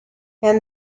and